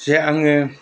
जे आङो